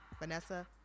Vanessa